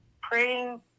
praying